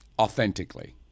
Authentically